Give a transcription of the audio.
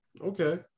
Okay